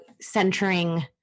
centering